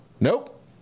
Nope